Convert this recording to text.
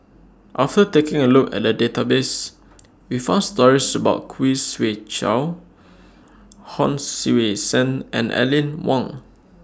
after taking A Look At The Database We found stories about Khoo Swee Chiow Hon Sui Sen and Aline Wong